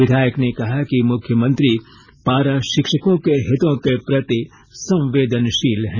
विधायक ने कहा कि मुख्यमंत्री पारा शिक्षकों के हितों के प्रति संवेदनशील हैं